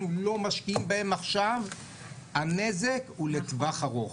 לא משקיעים בהם עכשיו הנזק הוא לטווח ארוך.